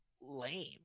lame